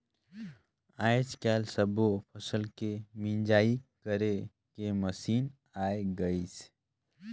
आयज कायल सब्बो फसल के मिंजई करे के मसीन आये गइसे